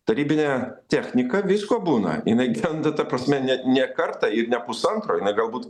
tarybine technika visko būna jinai genda ta prasme ne ne kartą ir ne pusantro jinai galbūt